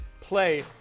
play